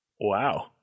Wow